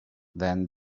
then